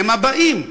הם הבאים.